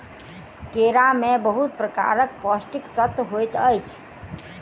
केरा में बहुत प्रकारक पौष्टिक तत्व होइत अछि